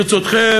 ברצותכם,